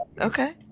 Okay